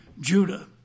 Judah